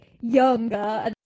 younger